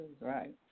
right